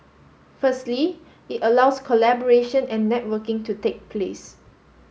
firstly it allows collaboration and networking to take place